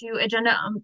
agenda